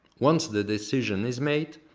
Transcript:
once the decision is made,